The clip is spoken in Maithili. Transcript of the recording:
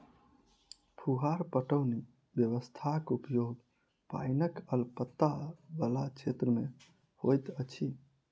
फुहार पटौनी व्यवस्थाक उपयोग पाइनक अल्पता बला क्षेत्र मे होइत अछि